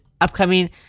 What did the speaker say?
upcoming